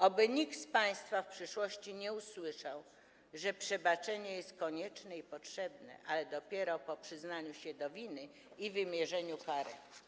Oby nikt z państwa w przyszłości nie usłyszał, że przebaczenie jest konieczne i potrzebne, ale dopiero po przyznaniu się do winy i wymierzeniu kary.